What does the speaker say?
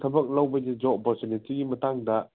ꯊꯕꯛ ꯂꯧꯕꯒꯤ ꯖꯣꯕ ꯑꯣꯄꯣꯔꯆꯨꯅꯤꯇꯤꯒꯤ ꯃꯇꯥꯡꯗ